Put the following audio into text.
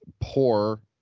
poor